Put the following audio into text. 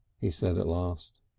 he said at last.